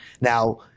Now